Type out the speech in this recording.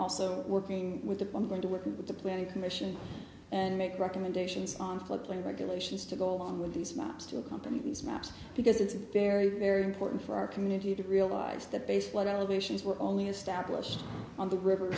also working with the i'm going to work with the planning commission and make recommendations on floodplain regulations to go along with these maps to accompany these maps because it's very very important for our community to realize that baseline elevations were only established on the river